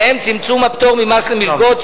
והם: צמצום הפטור ממס על מלגות,